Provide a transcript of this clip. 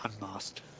unmasked